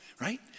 right